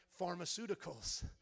pharmaceuticals